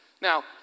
Now